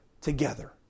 together